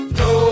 no